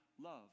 love